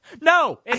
No